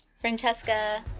Francesca